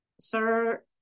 Sir